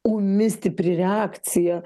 ūmi stipri reakcija